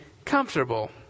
Comfortable